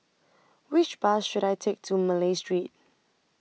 Which Bus should I Take to Malay Street